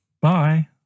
Bye